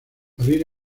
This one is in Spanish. abrir